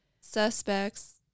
suspects